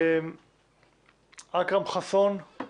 אכרם חסון,